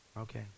Okay